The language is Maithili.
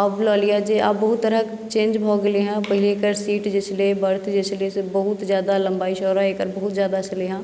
आब लए लिअ जे आब बहुत तरहक चेन्ज भऽ गेलइए पहिले एकर सीट जे छलै बर्थ जे छलै से बहुत जादा लम्बाइ चौड़ाइ एकर बहुत जादा छलइए